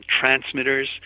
transmitters